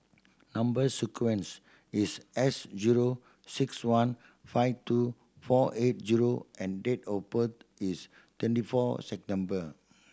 number sequence is S zero six one five two four eight zero and date of birth is twenty four September